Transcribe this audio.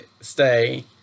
stay